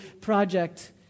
project